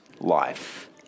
life